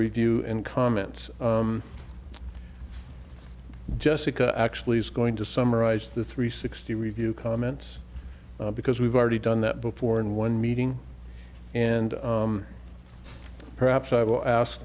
review and comments just actually is going to summarize the three sixty review comments because we've already done that before and one meeting and perhaps i will ask